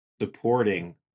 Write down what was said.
supporting